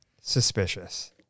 suspicious